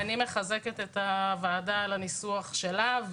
אני מחזקת את הוועדה על הניסוח שלה.